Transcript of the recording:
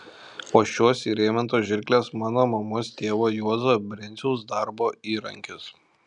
o šios įrėmintos žirklės mano mamos tėvo juozo brenciaus darbo įrankis